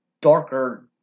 darker